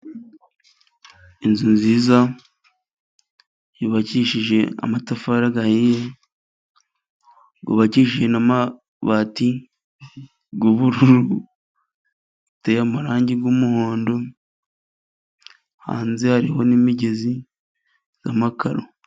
Inzu nziza yubakishije amatafari ahiye, yubakishishije n'amabati y'ubururu, iteye amarangi y'umuhondo, hanze hariho n'imigezi y'amakaro.